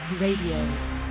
Radio